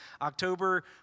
October